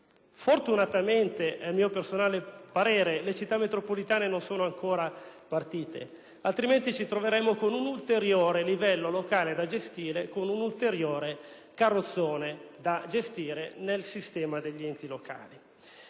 Fortunatamente - è un mio personale parere - le Città metropolitane non sono ancora partite, altrimenti ci troveremmo con un ulteriore livello locale, un ulteriore carrozzone da gestire nel sistema degli enti locali.